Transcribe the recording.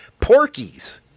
Porkies